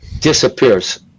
disappears